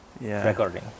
recording